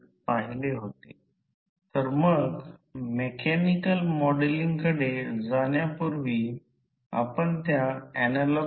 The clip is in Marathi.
हे प्रत्यक्षात R e 2 प्रति युनिट आहे आणि एकता शक्ती घटक लोड आहे म्हणून ∅ 1